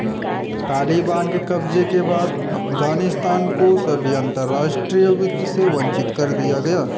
तालिबान के कब्जे के बाद अफगानिस्तान को सभी अंतरराष्ट्रीय वित्त से वंचित कर दिया गया